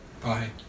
Bye